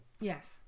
Yes